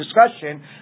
discussion